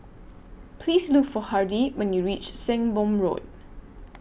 Please Look For Hardie when YOU REACH Sembong Road